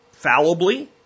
fallibly